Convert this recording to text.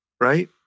right